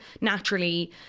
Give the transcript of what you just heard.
naturally